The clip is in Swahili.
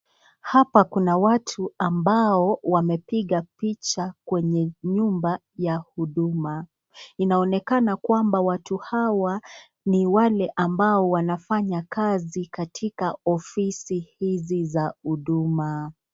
Hapa kuna watu ambao wamepiga picha kwenye nyumba ya Huduma. Inaonekana kwamba watu hawa ni wale ambao wanafanya kazi katika ofisi hizi za Huduma.